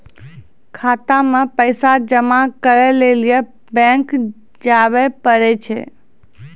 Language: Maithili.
खाता मे पैसा जमा करै लेली बैंक जावै परै छै